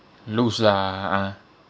loose lah ah